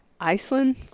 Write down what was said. Iceland